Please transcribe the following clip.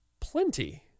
plenty